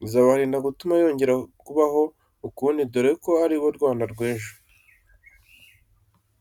Bizabarinda gutuma yongera kubaho ukundi dore ko ari rwo Rwanda rw'ejo.